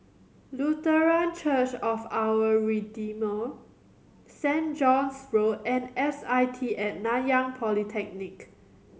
Lutheran Church of Our Redeemer Saint John's Road and S I T At Nanyang Polytechnic